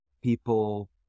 People